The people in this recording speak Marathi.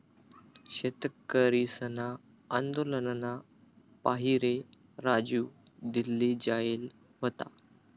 शेतकरीसना आंदोलनना पाहिरे राजू दिल्ली जायेल व्हता